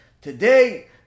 Today